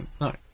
No